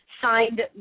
signed